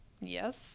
Yes